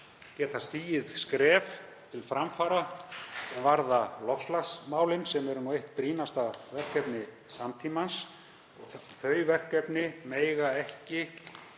geta stigið skref til framfara varðandi loftslagsmálin, sem eru eitt brýnasta verkefni samtímans. Þau verkefni mega ekki